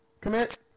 commit